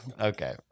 okay